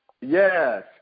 Yes